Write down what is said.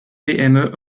pme